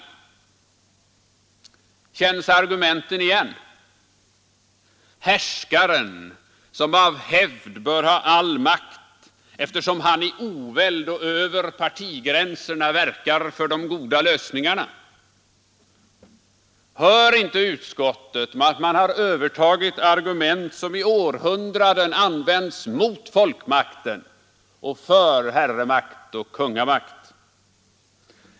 Känns argumenten igen? Härskaren som av hävd bör ha all makt eftersom han i oväld och över partigränserna verkar för de goda lösningarna! Hör inte utskottsmajoriteten att man övertagit argument som i århundraden använts mot folkmakten och för herremakt och kungamakt?